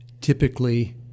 Typically